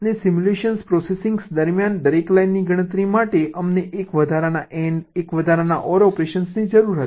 અને simulation processing દરમિયાન દરેક લાઇનની ગણતરી માટે અમને એક વધારાના AND એક વધારાના OR ઓપરેશનની જરૂર હતી